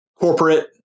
corporate